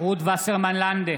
רות וסרמן לנדה,